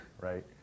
right